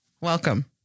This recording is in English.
welcome